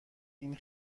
این